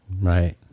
Right